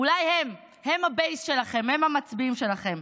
אולי הם, הם הבייס שלכם, הם המצביעים שלכם.